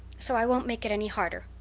so i won't make it any harder.